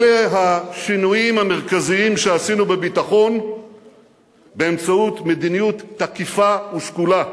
אלה השינויים המרכזיים שעשינו בביטחון באמצעות מדיניות תקיפה ושקולה.